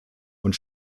und